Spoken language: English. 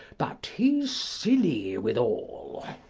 but he's silly withal.